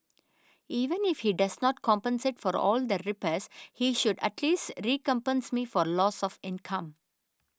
even if he does not compensate for all the repairs he should at least recompense me for loss of income